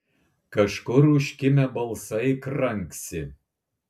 kažkur užkimę balsai kranksi